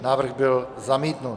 Návrh byl zamítnut.